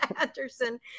Anderson